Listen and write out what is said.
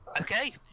Okay